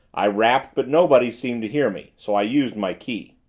i rapped but nobody seemed to hear me, so i used my key.